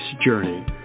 journey